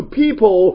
people